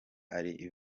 ari